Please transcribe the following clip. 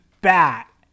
bat